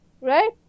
right